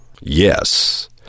Yes